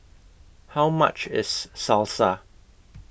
How much IS Salsa